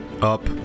Up